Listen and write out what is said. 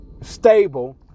stable